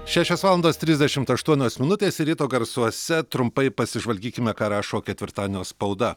šešios valandos trisdešimt aštuonios minutės ir ryto garsuose trumpai pasižvalgykime ką rašo ketvirtadienio spauda